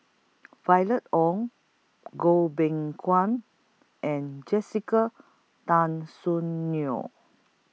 Violet Oon Goh Beng Kwan and Jessica Tan Soon Neo